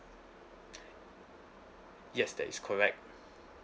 yes that is correct